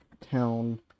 town